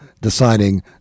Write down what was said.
deciding